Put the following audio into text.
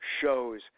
shows